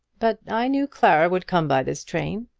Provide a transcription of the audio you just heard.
but i knew clara would come by this train,